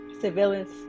civilians